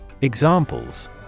Examples